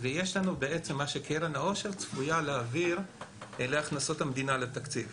ויש מה שקרן העושר צפויה להעביר שאלה הכנסות המדינה לתקציב.